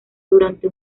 durante